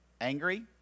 angry